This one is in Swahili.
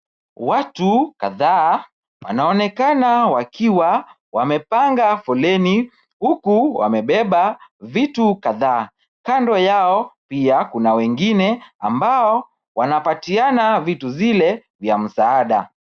Watu kadhaa wanaonekana wakiwa wamepanga foleni huku wamebeba vitu kadhaa, kando yao pia kuna wengine ambao wanapatiana vitu zile vya msaada.